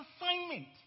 assignment